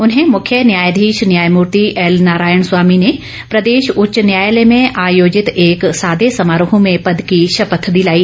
उन्हें मुख्य न्यायधीश न्यायमूर्ति एल नारायण स्वामी ने प्रदेश उच्च न्यायालय में आयोजित एक सादे समारोह में पद की शपथ दिलाई